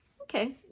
okay